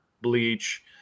Bleach